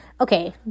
Okay